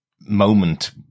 moment